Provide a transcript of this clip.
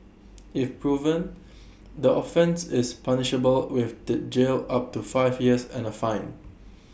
if proven the offence is punishable with the jail up to five years and A fine